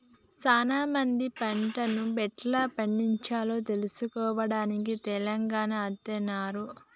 సానా మంది పంటను ఎట్లా పండిచాలో తెలుసుకోవడానికి తెలంగాణ అత్తన్నారు